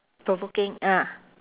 provoking ah